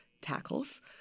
tackles